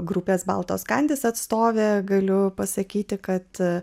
grupės baltos kandys atstovė galiu pasakyti kad